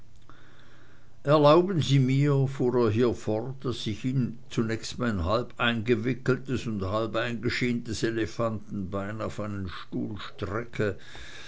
erlauben sie mir fuhr er hier fort daß ich zunächst mein halb eingewickeltes und halb eingeschientes elefantenbein auf einen stuhl strecke